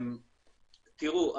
תראו,